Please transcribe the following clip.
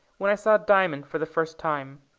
when i saw diamond for the first time.